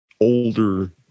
older